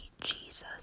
Jesus